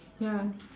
ya